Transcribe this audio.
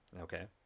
Okay